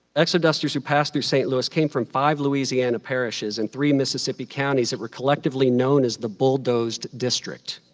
exodusters who passed through st. louis came from five louisiana parish and his and three mississippi counties that were collectively known as the bug dozed district.